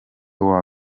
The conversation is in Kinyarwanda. uwa